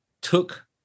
took